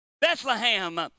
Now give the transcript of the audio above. Bethlehem